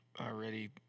already